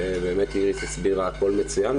ובאמת איריס הסבירה הכול מצוין,